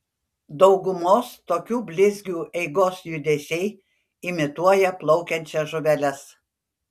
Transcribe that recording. daugumos tokių blizgių eigos judesiai imituoja plaukiančias žuveles